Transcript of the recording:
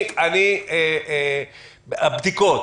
הבדיקות